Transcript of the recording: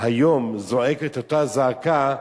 היום זועק את אותה זעקה.